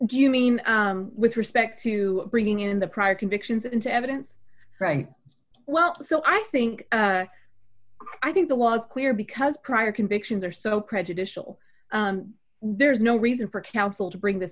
do you mean with respect to bringing in the prior convictions into evidence right well so i think i think the law is clear because prior convictions are so prejudicial there's no reason for counsel to bring th